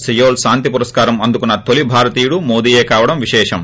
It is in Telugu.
సియోల్ శాంతి పురస్కారం అందుకున్న తొలి భారతీయుడు మోదీయే కావడం విశేషం